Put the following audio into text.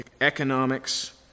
economics